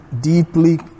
deeply